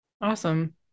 Awesome